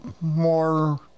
more